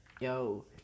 Yo